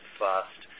fast